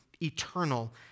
eternal